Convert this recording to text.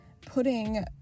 putting